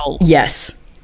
yes